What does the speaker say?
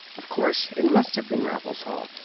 of course, it must have been raffles haw.